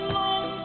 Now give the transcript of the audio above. long